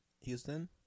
Houston